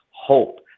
hope